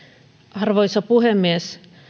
arvoisa puhemies